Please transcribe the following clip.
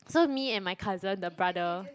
so me and my cousin the brother